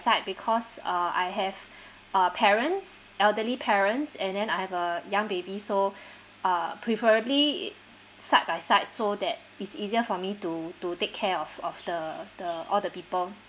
side because uh I have uh parents elderly parents and then I have a young baby so uh preferably it side by side so that it's easier for me to to take care of of the the all the people